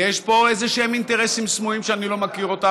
יש פה איזשהם אינטרסים סמויים שאני לא מכיר אותם,